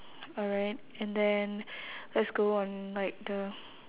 alright and then let's go on like the